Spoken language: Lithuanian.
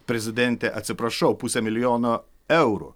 prezidente atsiprašau pusę milijono eurų